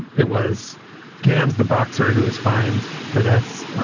it was gan's, the boxer who was fined for this.